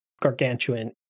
gargantuan